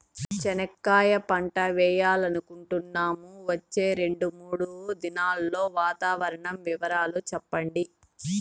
చెనక్కాయ పంట వేయాలనుకుంటున్నాము, వచ్చే రెండు, మూడు దినాల్లో వాతావరణం వివరాలు చెప్పండి?